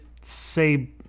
say